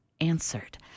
answered